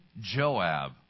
Joab